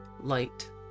light